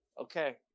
Okay